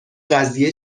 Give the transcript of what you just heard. قضیه